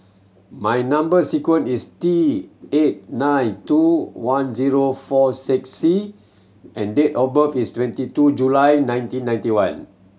my number sequence is T eight nine two one zero four six C and date of birth is twenty two July nineteen ninety one